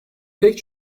pek